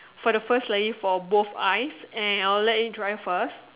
for the first slightly for both eyes and I will let it dry first